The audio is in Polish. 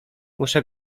muszę